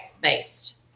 based